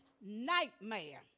nightmare